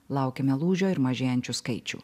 laukiame lūžio ir mažėjančių skaičių